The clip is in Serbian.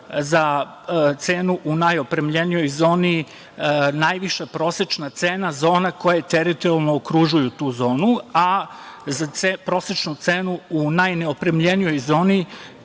za cenu u najopremljenijoj zoni najviša prosečna cena zona koje teritorijalno okružuju tu zonu, a za prosečnu cenu u najneopremljenijoj zoni